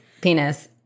penis